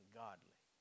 godly